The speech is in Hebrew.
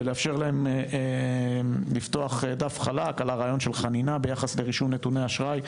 ולאפשר להם לפתוח דף חלק על הרעיון של חנינה ביחס לרישום נתוני אשראי,